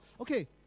Okay